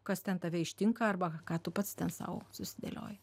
kas ten tave ištinka arba ką tu pats sau susidėlioji